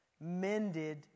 mended